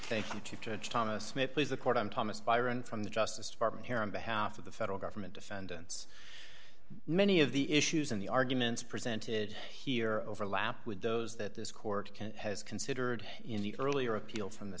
thank you chief judge thomas smith please the court i'm thomas byron from the justice department here on behalf of the federal government defendants many of the issues in the arguments presented here overlap with those that this court has considered in the earlier appeal from the